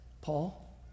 Paul